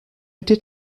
did